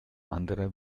anderer